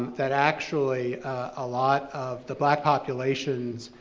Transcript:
that actually a lot of the black populations,